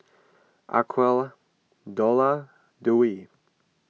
Aqeelah Dollah Dwi